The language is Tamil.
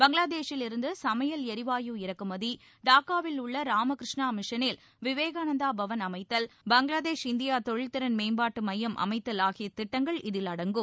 பங்களாதேஷிலிருந்து சமையல் எரிவாயு இறக்குமதி டாக்காவில் உள்ள ராமகிருஷ்ணா மிஷனில் விவேகானந்தா பவன் அமைத்தல் பங்களாதேஷ் இந்தியா தொழில் திறன் மேம்பாட்டு மையம் அமைத்தல் ஆகிய திட்டங்கள் இதில் அடங்கும்